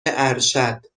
ارشد